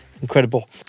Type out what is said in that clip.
Incredible